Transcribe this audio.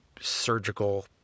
surgical